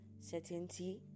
certainty